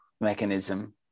mechanism